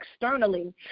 externally